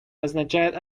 означает